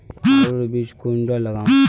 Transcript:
आलूर बीज कुंडा लगाम?